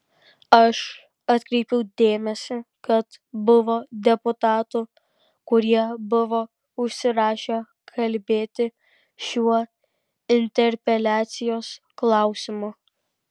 aš atkreipiu dėmesį kad buvo deputatų kurie buvo užsirašę kalbėti šiuo interpeliacijos klausimu